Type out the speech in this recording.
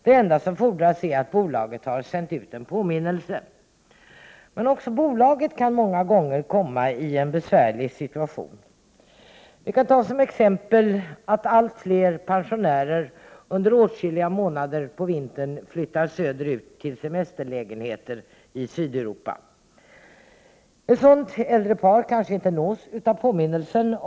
Det enda som fordras är att bolaget har sänt ut en påminnelse. Men även bolaget kan många gånger hamna i en besvärlig situation. Allt fler pensionärer, för att ta ett exempel, flyttar ju söderut på vintern. Under åtskilliga månader bor de i semesterlägenheter i Sydeuropa. Ett sådant äldre par kanske inte nås av en påminnelse.